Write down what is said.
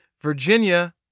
Virginia